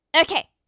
Okay